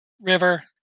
river